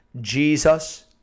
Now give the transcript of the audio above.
Jesus